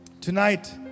tonight